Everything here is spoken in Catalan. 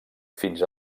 fins